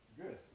good